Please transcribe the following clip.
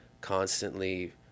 constantly